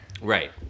Right